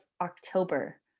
October